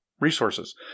resources